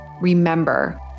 Remember